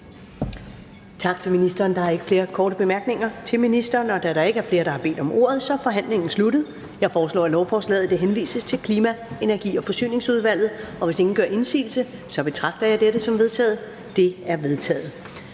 Tak til ministeren. Der er ikke flere korte bemærkninger til ministeren. Da der ikke er flere, der har bedt om ordet, er forhandlingen sluttet. Jeg foreslår, at lovforslaget henvises til Klima-, Energi- og Forsyningsudvalget. Hvis ingen gør indsigelse, betragter jeg dette som vedtaget. Det er vedtaget.